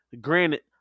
granted